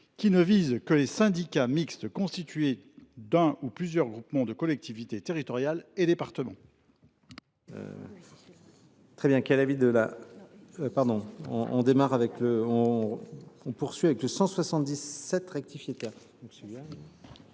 qui ne vise que les syndicats mixtes constitués d’un ou plusieurs groupements de collectivités territoriales et départements.